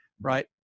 right